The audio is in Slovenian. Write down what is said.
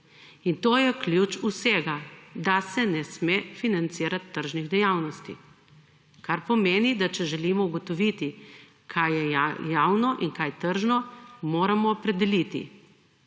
In to je ključ vsega, da se ne sme financirati tržnih dejavnosti, kar pomeni, da če želimo ugotoviti kaj je javno in kaj je tržno, moramo opredeliti.